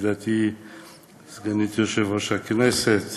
ידידתי סגנית יושב-ראש הכנסת